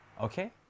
Okay